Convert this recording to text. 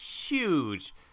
huge